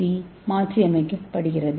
D மாற்றியமைக்கப்படுகிறது